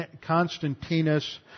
Constantinus